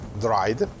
dried